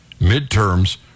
midterms